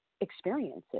experiences